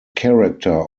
character